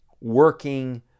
working